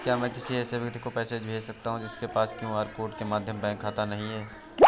क्या मैं किसी ऐसे व्यक्ति को पैसे भेज सकता हूँ जिसके पास क्यू.आर कोड के माध्यम से बैंक खाता नहीं है?